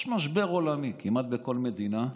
יש משבר עולמי כמעט בכל מדינה,